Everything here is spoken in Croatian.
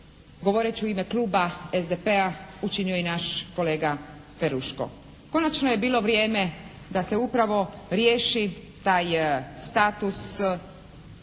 govoreći u ime kluba SDP-a učinio i naš kolega Peruško. Konačno je bilo vrijeme da se upravo riješi taj status